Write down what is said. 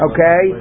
Okay